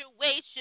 situation